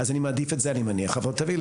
אז אני מעדיף את זה אני מניח,